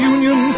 Union